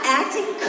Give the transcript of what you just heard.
acting